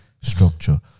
structure